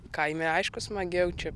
kaime aišku smagiau čia